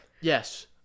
Yes